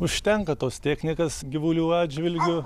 užtenka tos technikos gyvulių atžvilgiu